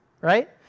right